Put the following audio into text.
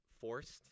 forced